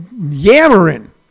yammering